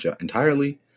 entirely